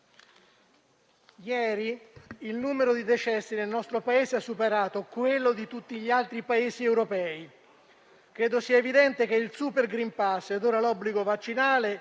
ieri il numero di decessi nel nostro Paese ha superato quello di tutti gli altri Paesi europei. Credo sia evidente che il super *green* *pass* e ora l'obbligo vaccinale,